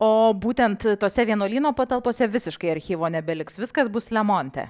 o būtent tose vienuolyno patalpose visiškai archyvo nebeliks viskas bus lemonte